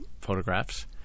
photographs